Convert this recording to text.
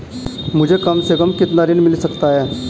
मुझे कम से कम कितना ऋण मिल सकता है?